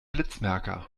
blitzmerker